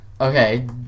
Okay